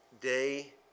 day